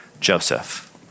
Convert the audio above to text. Joseph